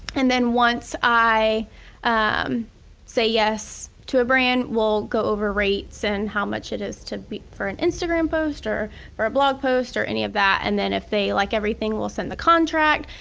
and then once i um say yes to a brand, we'll go over rates and how much it is for an instagram post or for a blog post or any of that and then if they like everything, we'll send the contract,